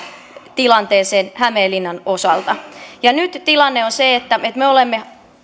tilanteeseen hämeenlinnan osalta nyt tilanne on se että me me olemme